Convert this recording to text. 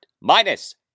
minus